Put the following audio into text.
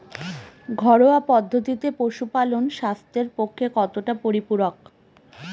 ঘরোয়া পদ্ধতিতে পশুপালন স্বাস্থ্যের পক্ষে কতটা পরিপূরক?